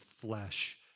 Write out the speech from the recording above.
flesh